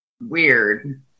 weird